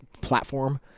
platform